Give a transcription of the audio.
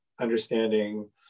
understanding